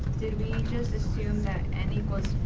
did we just assume that n equals